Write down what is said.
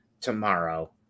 tomorrow